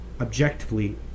objectively